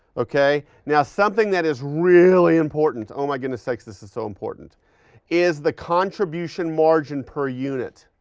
okay, now something that is really important oh my goodness sakes, this is so important is the contribution margin per unit.